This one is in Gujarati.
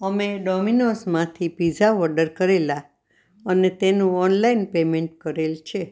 અમે ડોમીનોઝમાંથી પીઝા ઓડર કરેલા અને તેનું ઓનલાઈન પેમેન્ટ કરેલ છે